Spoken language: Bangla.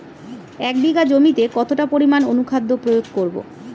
এক বিঘা জমিতে কতটা পরিমাণ অনুখাদ্য প্রয়োগ করব?